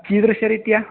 कीदृशरीत्या